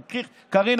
קארין,